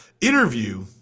Interview